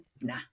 nah